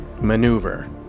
Maneuver